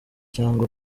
cyangwa